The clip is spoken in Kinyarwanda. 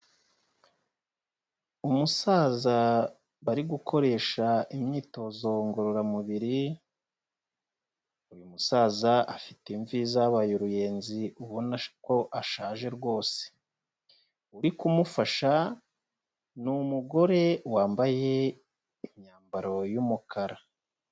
Umusaza bari gukoresha imyitozo ngororamubiri, uyu musaza afite imvi zabaye uruyenzi ubona ko ashaje rwose, uri kumufasha ni umugore wambaye imyambaro y'umukara.